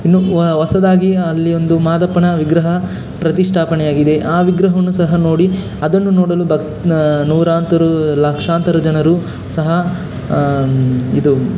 ಇನ್ನು ಹೊಸದಾಗಿ ಅಲ್ಲಿ ಒಂದು ಮಾದಪ್ಪನ ವಿಗ್ರಹ ಅಲ್ಲಿ ಪ್ರತಿಷ್ಠಾಪನೆ ಆಗಿದೆ ಆ ವಿಗ್ರಹವನ್ನು ಸಹ ನೋಡಿ ಅದನ್ನು ನೋಡಲು ಭಕ್ ನೂರಾರು ಲಕ್ಷಾಂತರ ಜನರು ಸಹ ಇದು